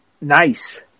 Nice